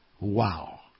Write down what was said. Wow